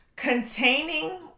Containing